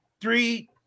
three